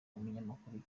umunyamakuru